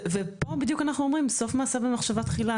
פה בדיוק אנחנו אומרים שסוף מעשה במחשבה תחילה